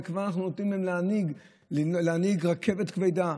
וכבר אנחנו נותנים להם להנהיג רכבת כבדה,